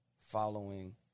following